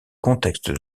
contexte